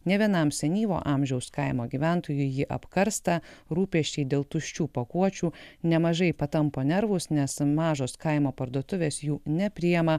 ne vienam senyvo amžiaus kaimo gyventojui ji apkarsta rūpesčiai dėl tuščių pakuočių nemažai patampo nervus nes mažos kaimo parduotuvės jų nepriima